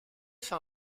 fin